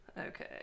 Okay